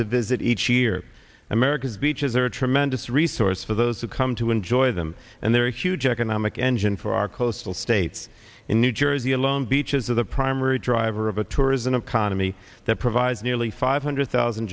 to visit each year america's beaches are a tremendous resource for those who come to enjoy them and they're a huge economic engine for our coastal states in new jersey alone beaches are the primary driver of a tourism economy that provides nearly five hundred thousand